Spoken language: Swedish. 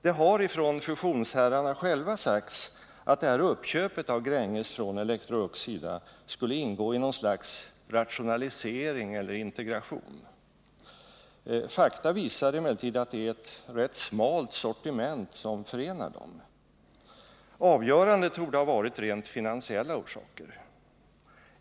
Det har från fusionsherrarna själva sagts att Electrolux uppköp av Gränges skulle ingå i något slags rationalisering eller integration. Fakta visar emellertid att det är ett rätt smalt sortiment som förenar de båda företagen. Avgörande torde ha varit rent finansiella motiv.